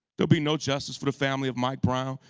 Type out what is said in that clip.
there'll be no justice for the family of mike brown,